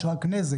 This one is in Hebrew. יש רק נזק,